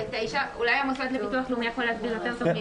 אולי הביטוח הלאומי יכול להסביר זאת יותר טוב.